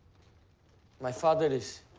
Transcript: my father is,